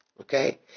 Okay